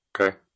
Okay